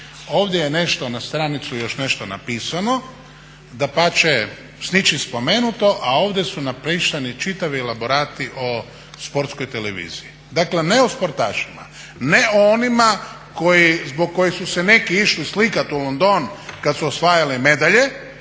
Ovdje je nešto na stranicu još nešto napisano, dapače s ničim spomenuto, a ovdje su napisani čitavi elaborati o sportskoj televiziji. Dakle ne o sportašima, ne o onima zbog kojih su se neki išli slikat u London kad su osvajali medalje,